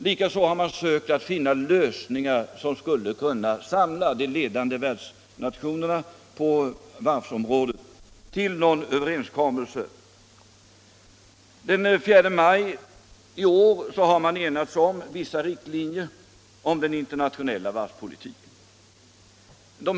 Likaså har man försökt att finna lösningar som skulle kunna samla de ledande nationerna i värl den på varvsområdet till en överenskommelse. Den 4 maj i år har man också enats om vissa riktlinjer för den internationella varvspolitiken.